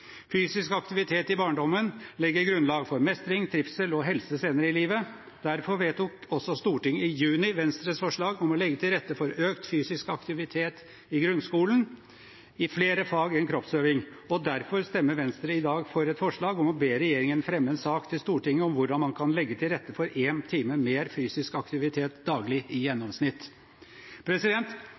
Fysisk aktivitet i barndommen legger grunnlag for mestring, trivsel og helse senere i livet. Derfor vedtok også Stortinget i juni Venstres forslag om å legge til rette for økt fysisk aktivitet i grunnskolen i flere fag enn kroppsøving. Derfor stemmer Venstre i dag for et forslag om å be regjeringen fremme en sak for Stortinget om hvordan man kan legge til rette for én time med fysisk aktivitet daglig i gjennomsnitt.